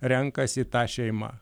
renkasi ta šeima